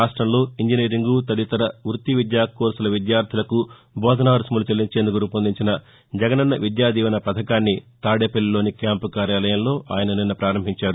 రాష్టంలో ఇంజనీరింగ్ తదితర పృత్తి విద్యా కోర్సుల విద్యార్దులకు బోధనా రుసుములు చెల్లించేందుకు రూపొందించిన జగనన్న విద్యాదీవెన పథకాన్ని తాడేపల్లిలోని క్యాంపు కార్యాలయంలో ఆయన నిస్న ప్రారంభించారు